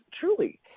truly